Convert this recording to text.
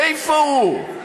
איפה הוא?